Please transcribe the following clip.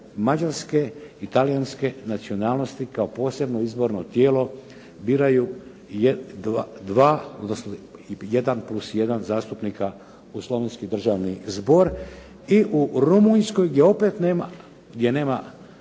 mađarske i talijanske nacionalnosti kao posebno izborno tijelo biraju dva, odnosno jedan plus jedan zastupnika u Slovenski državni zbor i u Rumunjskoj gdje opet nema dva glasa,